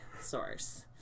source